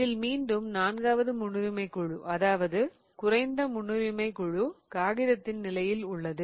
இதில் மீண்டும் நான்காவது முன்னுரிமை குழு அதாவது குறைந்த முன்னுரிமை குழு காகிதத்தின் நிலையில் உள்ளது